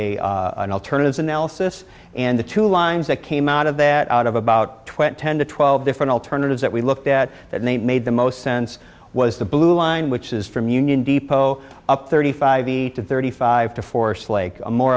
a an alternative analysis and the two lines that came out of that out of about twenty to twelve different alternatives that we looked at that they made the most sense was the blue line which is from union depot up thirty five to thirty five to force like a more